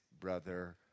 brother